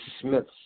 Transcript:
Smiths